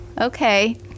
okay